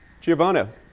Giovanna